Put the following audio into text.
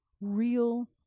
real